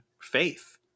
faith